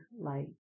light